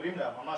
אומרים לה ממש,